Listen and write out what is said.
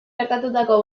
geratutako